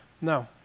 No